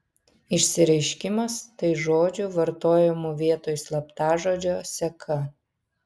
išsireiškimas tai žodžių vartojamų vietoj slaptažodžio seka